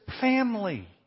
family